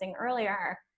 earlier